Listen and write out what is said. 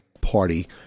Party